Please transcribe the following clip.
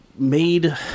Made